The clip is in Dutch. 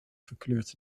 verkleurt